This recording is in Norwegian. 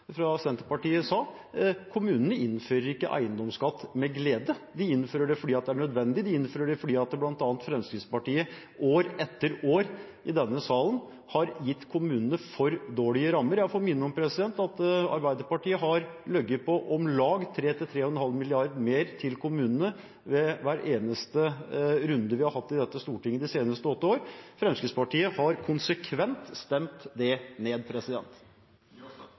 fra Senterpartiet sa, at kommunene ikke innfører eiendomsskatt med glede. De innfører det fordi det er nødvendig. De innfører det fordi bl.a. Fremskrittspartiet år etter år i denne salen har gitt kommunene for dårlige rammer. Jeg får minne om at Arbeiderpartiet har ligget på om lag 3–3,5 mrd. kr mer til kommunene ved hver eneste runde vi har hatt i dette storting de seneste åtte år. Fremskrittspartiet har konsekvent stemt det ned.